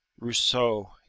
rousseau